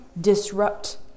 disrupt